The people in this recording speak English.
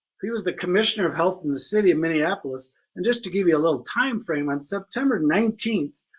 he was the commissioner of health in the city of minneapolis and just to give you a little time frame on september nineteenth,